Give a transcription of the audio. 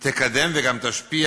תקדם וגם תשפיע